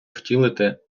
втілити